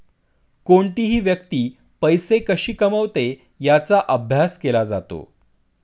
कोणतीही व्यक्ती पैसे कशी कमवते याचा अभ्यास केला जातो